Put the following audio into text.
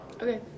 Okay